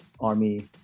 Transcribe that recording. army